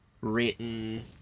written